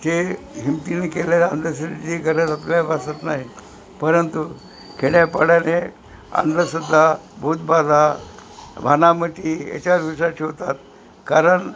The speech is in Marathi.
ते हिंमतीने केलेलं अंधश्रद्धेची गरज आपल्या भासत नाही परंतु खेड्यापाडाने अंधश्रद्धा भूतबाधा भानामती याच्यावर विश्वास ठेवतात कारण